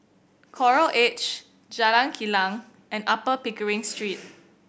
Coral Edge Jalan Kilang and Upper Pickering Street